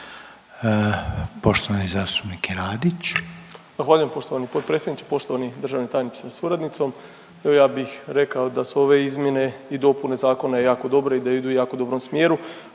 Poštovani zastupnik Radić. **Radić, Ivan (HDZ)** Zahvaljujem poštovani potpredsjedniče, poštovani državni tajniče sa suradnicom. Evo ja bih rekao da su ove izmjene i dopune zakona jako dobre i da idu u jako dobrom smjeru.